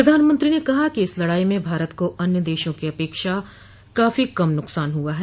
प्रधानमंत्री ने कहा कि इस लड़ाई में भारत को अन्य देशों की अपेक्षा काफी कम नुकसान हुआ है